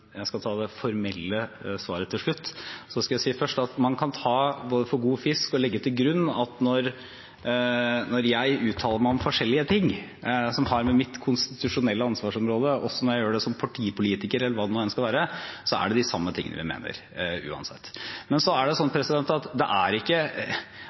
Jeg skal ta det formelle svaret til slutt. Så skal jeg først si at man kan både ta for god fisk og legge til grunn at når jeg uttaler meg om forskjellige ting som har å gjøre med mitt konstitusjonelle ansvarsområde, også når jeg gjør det som partipolitiker eller hva det nå enn skal være, da er det de samme tingene jeg mener uansett. Men av forskjellige grunner er det sånn